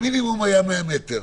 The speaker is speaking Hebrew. המינימום היה 100 מטר,